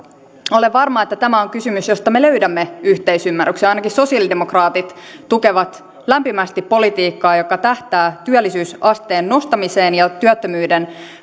olen varma että tämä on kysymys josta me löydämme yhteisymmärryksen ainakin sosialidemokraatit tukevat lämpimästi politiikkaa joka tähtää työllisyysasteen nostamiseen ja työttömyyden